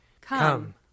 Come